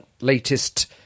latest